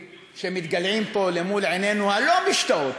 שמתגלעים פה למול עינינו הלא-משתאות,